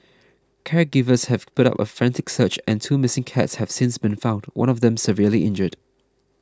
caregivers have put up a frantic search and two missing cats have since been found one of them severely injured